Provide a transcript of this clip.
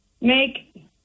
make